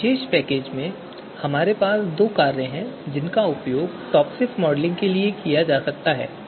इस विशेष पैकेज में हमारे पास दो कार्य हैं जिनका उपयोग टॉपसिस मॉडलिंग करने के लिए किया जा सकता है